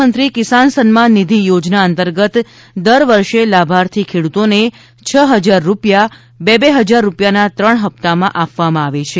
પ્રધાનમંત્રી કિસાન સન્માન નિધિ યોજના અંતર્ગત દર વર્ષે લાભાર્થી ખેડૂતોને છ હજાર રૂપિયા બે બે હજાર રૂપિયાનાં ત્રણ ફપ્તામાં આપવામાં આવે છે